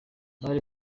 bari